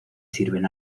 sirven